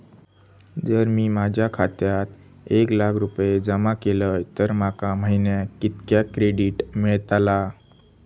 जर मी माझ्या खात्यात एक लाख रुपये जमा केलय तर माका महिन्याक कितक्या क्रेडिट मेलतला?